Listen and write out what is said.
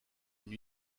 une